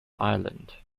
island